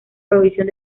prohibición